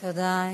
תודה.